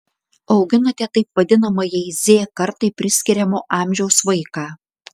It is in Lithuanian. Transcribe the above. auginate taip vadinamajai z kartai priskiriamo amžiaus vaiką